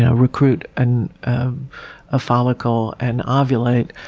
ah recruit and a follicle and ah ovulate,